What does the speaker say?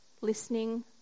listening